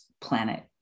planet